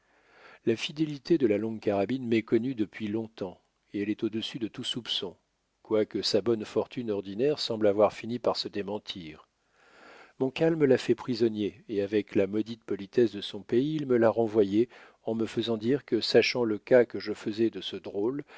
la fidélité de la longue carabine m'est connue depuis longtemps et elle est au-dessus de tout soupçon quoique sa bonne fortune ordinaire semble avoir fini par se démentir montcalm l'a fait prisonnier et avec la maudite politesse de son pays il me l'a renvoyé en me faisant dire que sachant le cas que je faisais de ce drôle